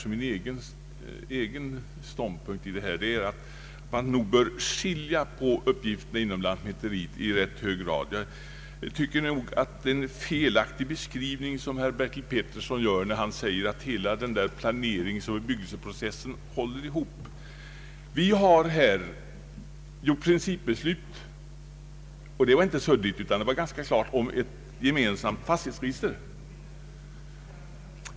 Min ståndpunkt i detta avseende är att man i hög grad bör skilja på uppgifterna inom lantmäteriet. Jag tycker att herr Bertil Petersson har fel då han säger att hela planeringsoch bebyggelseprocessen hänger ihop med fastighetsbildningen. Vi har fattat principbeslut — och det var inte suddigt utan ganska klart — om ett gemensamt fastighetsregister.